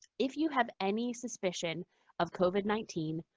if you have any suspicion of covid nineteen,